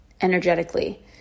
energetically